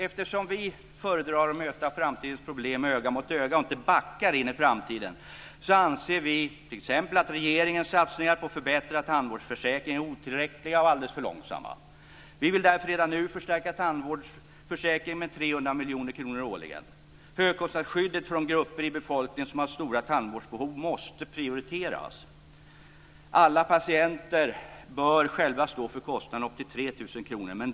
Eftersom vi föredrar att möta framtidens problem öga mot öga och inte backar in i framtiden anser vi t.ex. att regeringens satsningar på en förbättrad tandvårdsförsäkring är otillräckliga och alldeles för långsamma. Vi vill därför redan nu förstärka tandvårdsförsäkringen med 300 miljoner kronor årligen. Högkostnadsskyddet för de grupper i befolkningen som har stora tandvårdsbehov måste prioriteras. Alla patienter bör själva stå för kostnaden upp till 3 000 kr.